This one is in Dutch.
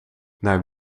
naar